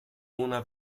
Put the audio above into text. una